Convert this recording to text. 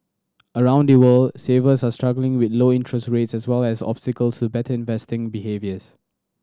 around the world savers are struggling with low interest rates as well as obstacles to better investing behaviours